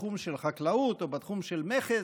בתחום של חקלאות או בתחום של מכס,